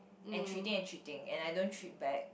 and treating and treating and I don't treat back